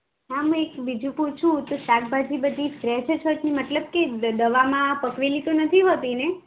હા અને બીજું પૂછવું હતું શાકભાજી બધી ફ્રેશ જ હોય છે મતલબ કે દવામાં પકવેલી તો નથી હોતીને